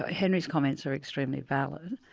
ah henry's comments are extremely valid.